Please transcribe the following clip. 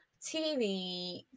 TV